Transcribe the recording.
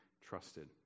trusted